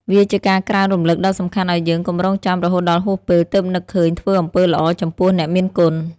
វាជាការក្រើនរំលឹកដ៏សំខាន់ឲ្យយើងកុំរង់ចាំរហូតដល់ហួសពេលទើបនឹកឃើញធ្វើអំពើល្អចំពោះអ្នកមានគុណ។